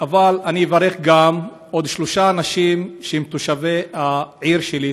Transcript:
אני אברך גם עוד שלושה אנשים שהם תושבי העיר שלי,